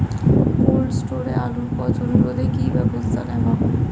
Cold স্টোরে আলুর পচন রোধে কি ব্যবস্থা নেওয়া হয়?